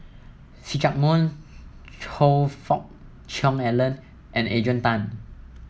See Chak Mun Choe Fook Cheong Alan and Adrian Tan